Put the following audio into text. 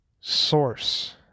source